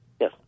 yes